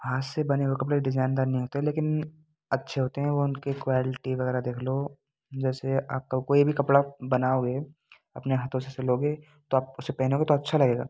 हाथ से बने हुए कपड़े डिजाइनदार नहीं होते लेकिन अच्छे होते हैं वा उनकी क्वेलटी वगैरह देख लो जैसे आपका कोई भी कपड़ा बनाओगे अपने हाथों से सिलोगे तो आप उसे पहनोगे तो अच्छा लगेगा